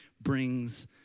brings